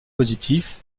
positif